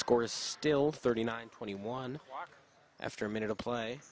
score is still thirty nine twenty one after a minute of play